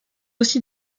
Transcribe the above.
aussi